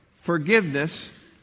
forgiveness